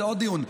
זה עוד דיון,